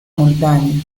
montaña